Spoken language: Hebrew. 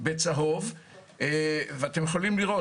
אפשר לראות